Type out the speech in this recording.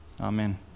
amen